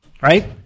right